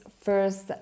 first